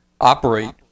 operate